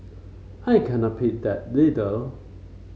I cannot pick that leader